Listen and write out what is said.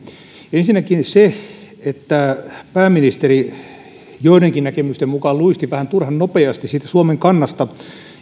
ensinnäkin se että pääministeri joidenkin näkemysten mukaan luisti vähän turhan nopeasti siitä suomen kannasta